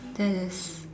that is